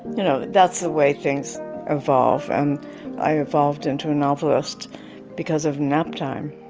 you know that's the way things evolve. and i evolved into a novelist because of naptime